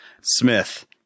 Smith